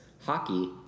hockey